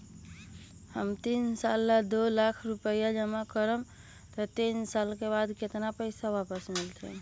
हम तीन साल ला दो लाख रूपैया जमा करम त तीन साल बाद हमरा केतना पैसा वापस मिलत?